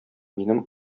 минем